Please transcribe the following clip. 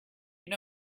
you